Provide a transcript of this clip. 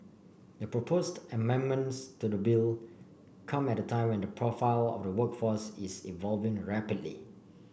the proposed amendments to the bill come at a time when the profile of the workforce is evolving rapidly